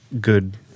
good